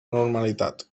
normalitat